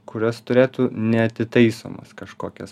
kurios turėtų neatitaisomas kažkokias